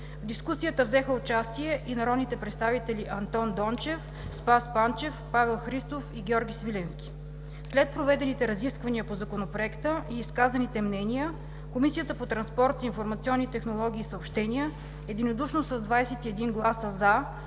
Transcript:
В дискусията взеха участие и народните представители: Андон Дончев, Спас Панчев, Павел Христов и Георги Свиленски. След проведените разисквания по Законопроекта и изказаните мнения Комисията по транспорт, информационни технологии и съобщения единодушно с 21 гласа „за“